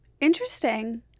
Interesting